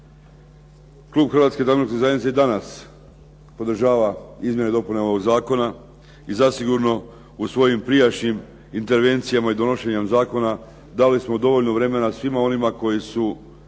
Klub Hrvatske demokratske zajednice i danas podržava izmjene i dopune ovog zakona i zasigurno u svojim prijašnjim intervencijama i donošenjem zakona dali smo dovoljno vremena svima onima koji su